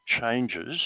changes